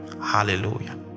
hallelujah